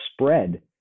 spread